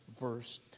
verse